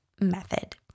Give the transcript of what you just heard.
method